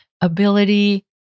Ability